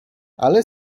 ale